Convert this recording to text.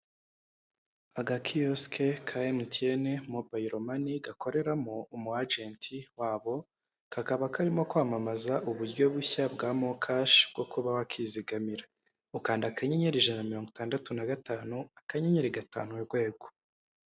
Agakiyosike ka emutiyeni mobiyilo mani gakoreramo umu ajenti wabo kakaba karimo kwamamaza uburyo bushya bwa mokashi bwo kuba wakwizigamira, ukanda akanyenyeri ijana mirongo itandatu na gatanu akanyenyeri gatanu urwego.